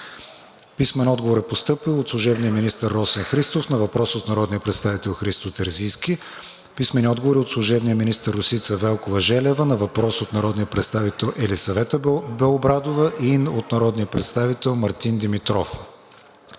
Летифов; – служебния министър Росен Христов на въпрос от народния представител Христо Терзийски; – служебния министър Росица Велкова-Желева на въпрос от народния представител Елисавета Белобрадова; от народния представител Мартин Димитров;